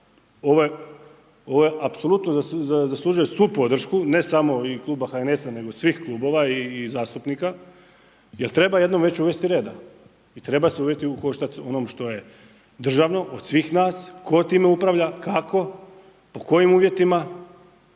gledano, ovo apsolutno zaslužuje svu podršku ne samo i Kluba HNS-a, nego svih klubova i zastupnika jer treba jednom već uvesti reda. I treba se .../Govornik se ne razumije./... u koštac onom što je državno od svih nas, tko time upravlja, kako, pod kojim uvjetima